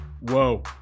Whoa